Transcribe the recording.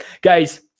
guys